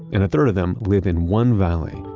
and a third of them live in one valley,